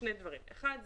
שני דברים: האחד,